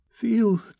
Feel